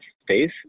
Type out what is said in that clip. space